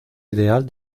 ideal